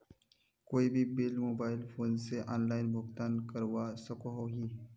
कोई भी bill mobile phone से ऑनलाइन भुगतान करवा सकोहो ही?